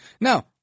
No